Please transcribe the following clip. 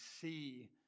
see